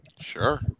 Sure